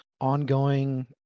ongoing